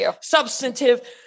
substantive